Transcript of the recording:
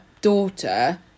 daughter